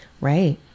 Right